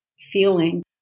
feeling